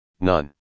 none